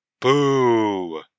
Boo